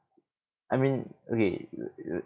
I mean okay y~ y~